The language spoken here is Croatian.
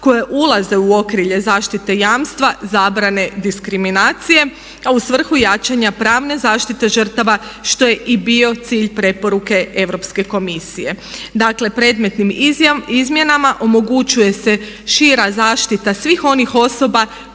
koje ulaze u okrilje zaštite jamstva zabrane diskriminacije, a u svrhu jačanja pravne zaštite žrtava što je i bio cilj preporuke Europske komisije. Dakle, predmetnim izmjenama omogućuje se šira zaštita svih onih osoba